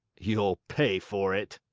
you'll pay for it!